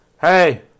Hey